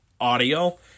audio